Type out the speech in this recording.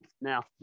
Now